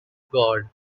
god